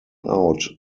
out